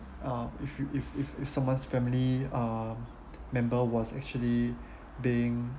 uh if you if if if someone's family uh member was actually being